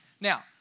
Now